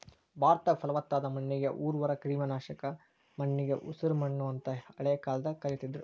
ಭಾರತದಾಗ, ಪಲವತ್ತಾದ ಮಣ್ಣಿಗೆ ಉರ್ವರ, ಕ್ರಿಮಿನಾಶಕ ಮಣ್ಣಿಗೆ ಉಸರಮಣ್ಣು ಅಂತ ಹಳೆ ಕಾಲದಾಗ ಕರೇತಿದ್ರು